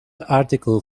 article